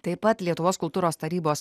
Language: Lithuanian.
taip pat lietuvos kultūros tarybos